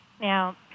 Now